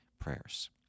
prayers